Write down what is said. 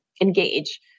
engage